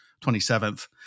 27th